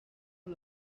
con